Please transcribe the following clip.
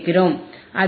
அதில் f 1 2πRC